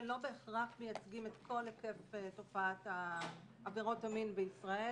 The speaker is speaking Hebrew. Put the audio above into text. לא בהכרח מייצגים את כל היקף תופעת עבירות המין בישראל